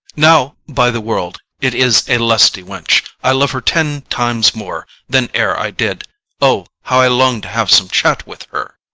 now, by the world, it is a lusty wench! i love her ten times more than e'er i did o! how i long to have some chat with her!